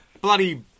bloody